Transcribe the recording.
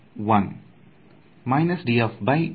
ಇದು ಯಾವುದಕ್ಕೆ ಸಮ